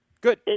Good